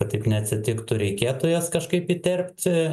kad tik neatsitiktų reikėtų jas kažkaip įterpti